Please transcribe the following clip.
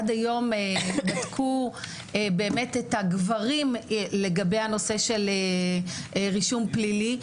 עד היום בדקו באמת את הגברים לגבי הנושא של רישום פלילי.